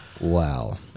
Wow